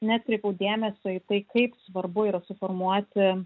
neatkreipiau dėmesio į tai kaip svarbu yra suformuoti